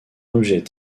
objet